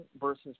versus